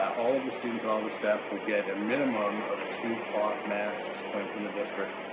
all of the students, and all the staff will get a minimum of two cloth masks coming from the district,